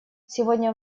сегодня